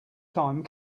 time